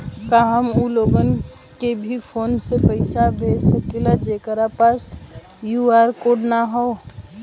का हम ऊ लोग के भी फोन से पैसा भेज सकीला जेकरे पास क्यू.आर कोड न होई?